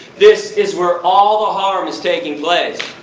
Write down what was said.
this is where all the harm is taking place!